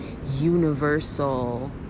universal